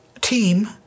team